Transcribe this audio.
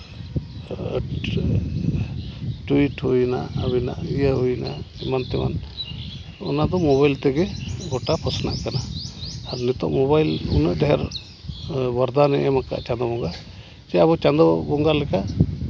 tweet ᱦᱩᱭᱮᱱᱟ ᱟᱹᱵᱤᱱᱟᱜ ᱤᱭᱟᱹ ᱦᱩᱭᱱᱟ ᱮᱢᱟᱱ ᱛᱮᱢᱟᱱ ᱚᱱᱟ ᱫᱚ ᱢᱳᱵᱟᱭᱤᱞ ᱛᱮᱜᱮ ᱜᱚᱴᱟ ᱯᱟᱥᱱᱟᱜ ᱠᱟᱱᱟ ᱟᱨ ᱱᱤᱛᱚᱜ ᱢᱳᱵᱟᱭᱤᱞ ᱩᱱᱟᱹᱜ ᱰᱷᱮᱨ ᱵᱚᱨᱫᱟᱱᱮ ᱮᱢ ᱟᱠᱟᱫᱟ ᱪᱟᱸᱫᱚ ᱵᱚᱸᱜᱟ ᱪᱮ ᱟᱵᱚ ᱪᱟᱸᱫᱚ ᱵᱚᱸᱜᱟ ᱞᱮᱠᱟ